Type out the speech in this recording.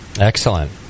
Excellent